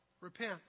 repent